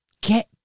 get